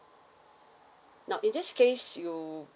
now in this case you